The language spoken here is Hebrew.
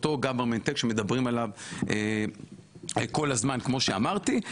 אותו Government take שמדברים עליו כל הזמן כמו שאמרתי.